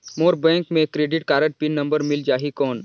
मोर bank मे credit card pin number मिल जाहि कौन?